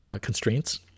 constraints